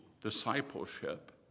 discipleship